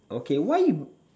okay why you